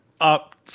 up